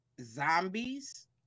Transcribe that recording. zombies